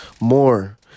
more